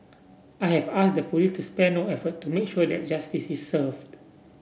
I have asked the police to spare no effort to make sure that justice is served